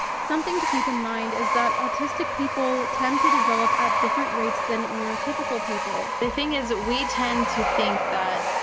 something to keep in mind is that autistic people tend to develop at different rates than neurotypical people. the thing is, we tend to think that,